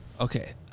Okay